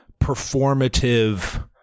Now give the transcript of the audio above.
performative